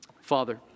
Father